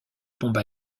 bombes